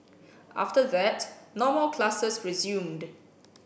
after that normal classes resumed